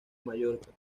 mallorca